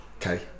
Okay